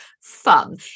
fun